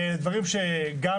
ודברים שגם,